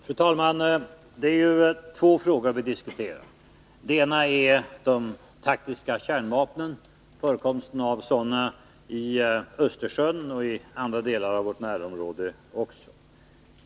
Fru talman! Det är två frågor som vi diskuterar. Den ena är förekomsten av taktiska kärnvapen i Östersjön och även i andra delar av vårt närområde.